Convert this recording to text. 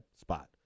spot